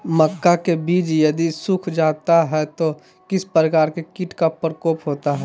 मक्का के बिज यदि सुख जाता है तो किस प्रकार के कीट का प्रकोप होता है?